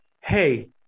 hey